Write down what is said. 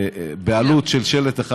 בעלות של שלט אחד.